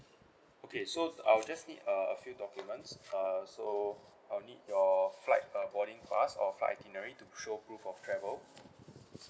okay so I'll just need a a few documents uh so I'll need your flight uh boarding pass or flight itinerary to show proof of travel